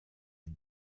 est